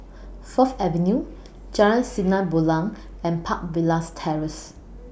Fourth Avenue Jalan Sinar Bulan and Park Villas Terrace